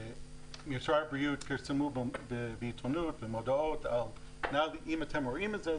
משרד הבריאות פרסם מודעות בעיתונות שאומרות: אם אתם רואים את זה,